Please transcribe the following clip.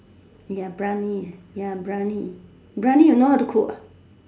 ya brownie ya brownie brownie you know how to cook